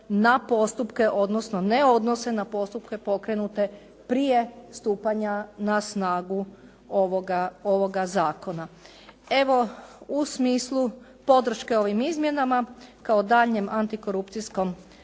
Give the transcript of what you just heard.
na postupke, odnosno ne odnose na postupke pokrenute prije stupanja na snagu ovoga zakona. Evo u smislu podrške ovim izmjenama kao daljnjem antikorupcijskom